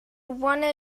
wanna